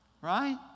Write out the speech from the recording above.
right